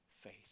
faith